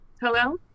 hello